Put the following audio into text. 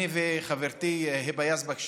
אני וחברתי היבה יזבק,